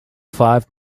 five